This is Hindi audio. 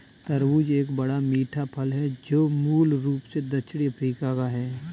तरबूज एक बड़ा, मीठा फल है जो मूल रूप से दक्षिणी अफ्रीका का है